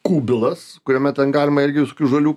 kubilas kuriame ten galima irgi visokių žolių